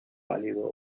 pálido